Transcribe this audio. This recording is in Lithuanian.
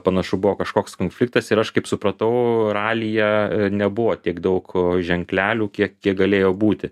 panašu buvo kažkoks konfliktas ir aš kaip supratau ralyje nebuvo tiek daug ženklelių kiek kiek galėjo būti